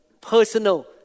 personal